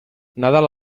nadal